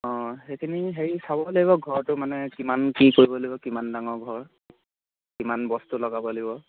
অঁ সেইখিনি হেৰি চাব লাগিব ঘৰটো মানে কিমান কি কৰিব লাগিব কিমান ডাঙৰ ঘৰ কিমান বস্তু লগাব লাগিব